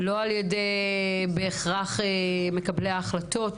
לא בהכרח על ידי מקבלי החלטות,